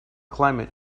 climate